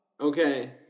okay